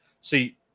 See